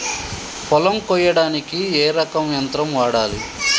పొలం కొయ్యడానికి ఏ రకం యంత్రం వాడాలి?